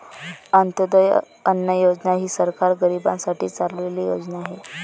अंत्योदय अन्न योजना ही सरकार गरीबांसाठी चालवलेली योजना आहे